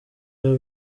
haba